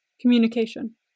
Communication